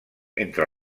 entre